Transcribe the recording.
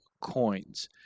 coins